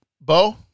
Bo